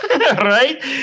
right